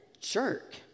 jerk